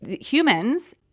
Humans